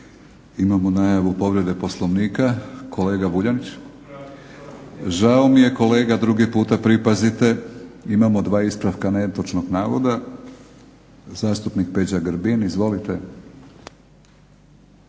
Imamo najavu povrede Poslovnika, kolega Vuljanić. … /Upadica se ne razumije./… Žao mi je kolega, drugi puta pripazite. Imamo dva ispravka netočnog navoda. Zastupnik Peđa Grbin, izvolite